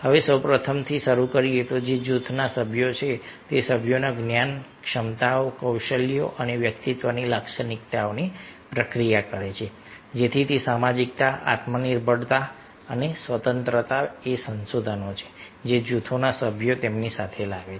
હવે સૌપ્રથમથી શરૂ કરીને જે જૂથના સભ્ય છે તે સભ્યોના જ્ઞાન ક્ષમતાઓ કૌશલ્યો અને વ્યક્તિત્વની લાક્ષણિકતાઓની પ્રક્રિયા કરે છે જેથી તે સામાજિકતા આત્મનિર્ભરતા અને સ્વતંત્રતા એ સંસાધનો છે જે જૂથના સભ્યો તેમની સાથે લાવે છે